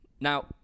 Now